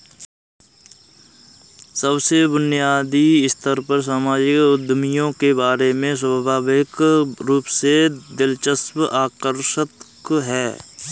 सबसे बुनियादी स्तर पर सामाजिक उद्यमियों के बारे में स्वाभाविक रूप से दिलचस्प आकर्षक है